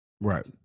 right